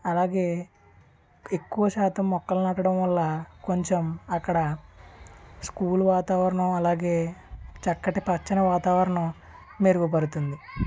అలాగే ఎక్కువ శాతం మొక్కలు నాటడం వల్ల కొంచెం అక్కడ స్కూల్ వాతావరణం అలాగే చక్కటి పచ్చని వాతావరణం మెరుగు పడుతుంది